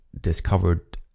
discovered